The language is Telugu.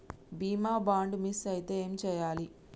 బీమా బాండ్ మిస్ అయితే ఏం చేయాలి?